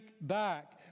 back